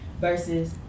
Versus